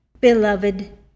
Beloved